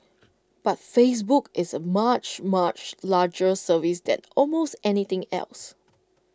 but Facebook is A much much larger service that almost anything else